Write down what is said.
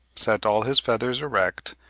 set all his feathers erect,